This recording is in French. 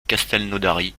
castelnaudary